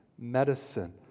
medicine